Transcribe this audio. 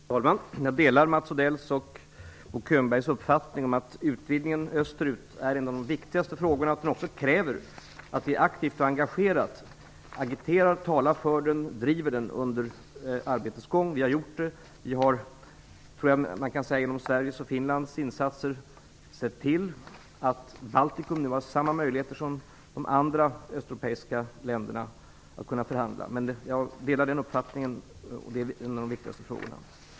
Fru talman! Jag delar Mats Odells och Bo Könbergs uppfattning om att utvidgningen österut är en av de viktigaste frågorna. Den kräver att vi aktivt och engagerat agiterar och talar för den och driver den under arbetets gång. Vi har gjort det. Vi har, tror jag att man kan säga, genom Sveriges och Finlands insatser sett till att staterna i Baltikum nu har samma möjligheter som de andra östeuropeiska länderna att förhandla. Jag delar den uppfattningen, att det är en av de viktigaste frågorna.